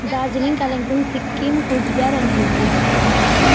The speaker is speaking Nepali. दार्जिलिङ कालिम्पोङ सिक्किम कुचबिहार अनि हुगली